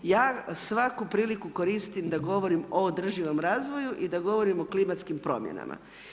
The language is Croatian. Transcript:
Ja svaku priliku koristim da govorim o održivom razvoju i da govorim o klimatskim promjenama.